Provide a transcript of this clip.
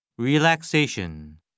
Relaxation